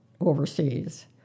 overseas